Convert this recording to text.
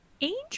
Angel